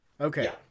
Okay